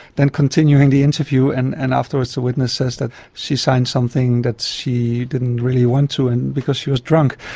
then continuing the interview. and and afterwards the witness says that she signed something that she didn't really want to and because she was drunk.